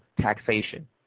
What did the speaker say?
taxation